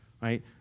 right